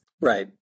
Right